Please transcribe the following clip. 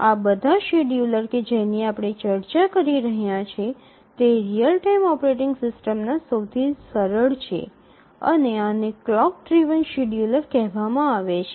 આ બધા શેડ્યુલર કે જેની આપણે ચર્ચા કરી રહ્યાં છે તે રીઅલ ટાઇમ ઓપરેટિંગ સિસ્ટમ્સના સૌથી સરળ છે અને આને ક્લોક ડ્રિવન શેડ્યૂલર કહેવામાં આવે છે